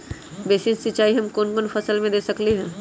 Basin सिंचाई हम कौन कौन फसल में दे सकली हां?